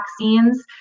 vaccines